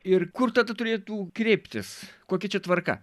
ir kur tada turėtų kreiptis kokia čia tvarka